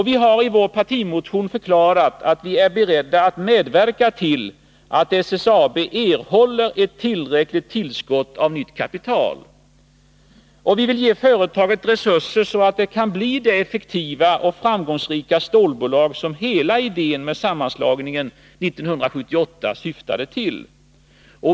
Vi har i vår partimotion förklarat att vi är beredda att medverka till att SSAB erhåller ett tillräckligt tillskott av nytt kapital. Vi vill ge företaget resurser så att det kan bli det effektiva och framgångsrika stålbolag som hela idén med sammanslagningen år 1978 syftade till.